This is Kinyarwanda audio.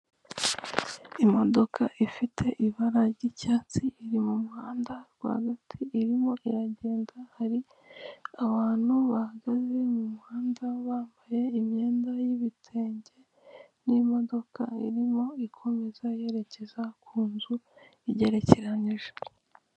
Imodoka ifite ibara ry'icyatsi iri mu muhanda rwagati irimo iragenda hari abantu bahaze mu muhanda bambaye imyenda y'ibitenge, n'imodoka irimo ikomeza yerekeza ku nzu igerekeranije.